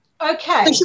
okay